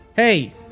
Hey